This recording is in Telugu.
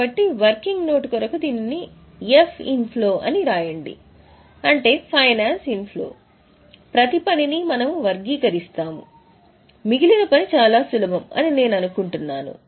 కాబట్టి వర్కింగ్ నోట్ కొరకు దీనిని ఎఫ్ ఇన్ఫ్లో అని రాయండి అంటే ఫైనాన్స్ ఇన్ఫ్లో ప్రతి పనిని మనము వర్గీకరిస్తాము మిగిలిన పని చాలా సులభం అని నేను అనుకుంటున్నాను